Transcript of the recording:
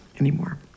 anymore